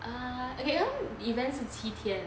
err okay uh events 是七天